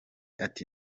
ati